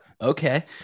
Okay